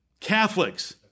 Catholics